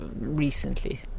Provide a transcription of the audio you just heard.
recently